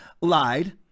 lied